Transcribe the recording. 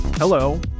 Hello